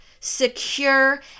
secure